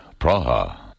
Praha